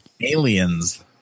Aliens